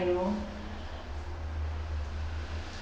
lor